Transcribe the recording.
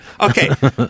Okay